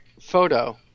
photo